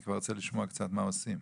אני רוצה לשמוע מה עושים.